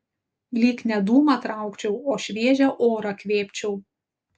lyg ne dūmą traukčiau o šviežią orą kvėpčiau